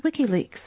WikiLeaks